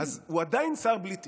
הוא עדיין שר בלי תיק.